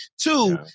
Two